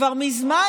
כבר מזמן,